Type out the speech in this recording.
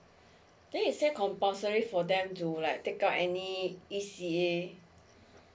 then it says compulsory for them to like take out any C C A